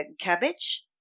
cabbage